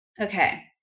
Okay